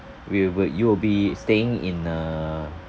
will will you will be staying in a